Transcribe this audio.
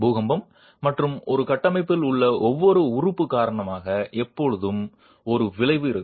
பூகம்பம் மற்றும் ஒரு கட்டமைப்பில் உள்ள ஒவ்வொரு உறுப்பு காரணமாக எப்போதும் ஒரு விளைவு இருக்கும்